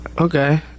okay